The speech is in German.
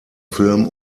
film